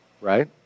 right